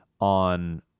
on